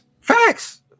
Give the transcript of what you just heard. facts